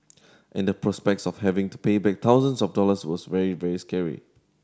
and the prospects of having to pay back thousands of dollars was very very scary